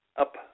up